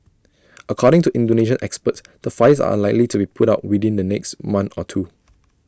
according to Indonesian experts the fires are unlikely to be put out within the next month or two